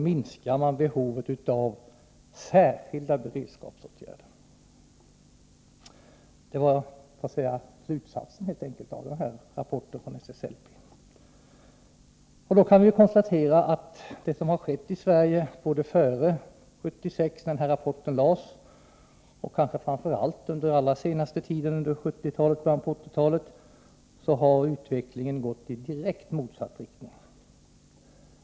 Det var helt enkelt slutsatsen i denna rapport från SSLP. Vi kan konstatera att utvecklingen i Sverige — både före 1976, när denna rapport lades fram, och kanske framför allt under den allra senaste tiden, under 1970-talet och början på 1980-talet — har gått i direkt motsatt riktning.